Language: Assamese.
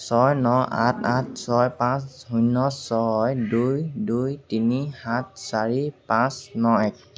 ছয় ন আঠ আঠ ছয় পাঁচ শূন্য ছয় দুই দুই তিনি সাত চাৰি পাঁচ ন এক